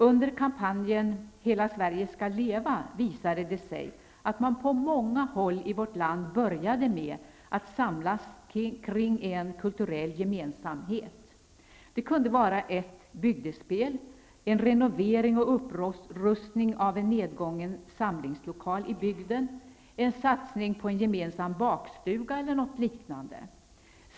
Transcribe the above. Under kampanjen Hela Sverige skall leva visade det sig att man på många håll i vårt land började att samlas kring en kulturell gemensamhet. Det kunde vara ett bygdespel, en renovering och upprustning av en nedgången samlingslokal i bygden, en satsning på en gemensam bakstuga eller något liknande.